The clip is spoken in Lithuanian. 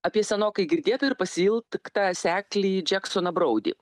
apie senokai girdėtą ir pasiilgtą seklį džeksoną broudį